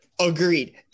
Agreed